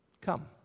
come